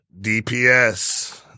DPS